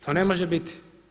To ne može biti.